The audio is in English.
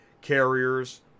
carriers